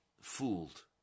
fooled